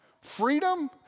freedom